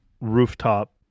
rooftop